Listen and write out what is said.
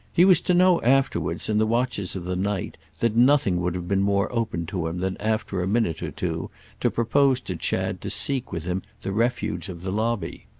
he was to know afterwards, in the watches of the night, that nothing would have been more open to him than after a minute or two to propose to chad to seek with him the refuge of the lobby.